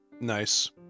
Nice